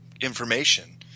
information